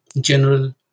general